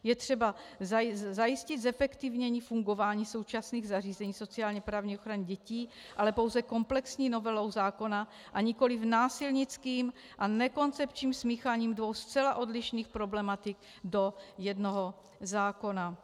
Je třeba zajistit zefektivnění fungování současných zařízení sociálněprávní ochrany dětí, ale pouze komplexní novelou zákona, a nikoliv násilnickým a nekoncepčním smícháním dvou zcela odlišných problematik do jednoho zákona.